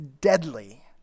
deadly